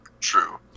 True